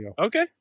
Okay